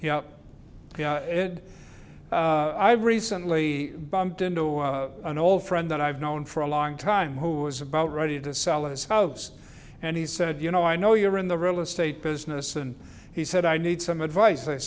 i've recently bumped into an old friend that i've known for a long time who was about ready to sell his house and he said you know i know you're in the real estate business and he said i need some advice i